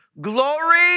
glory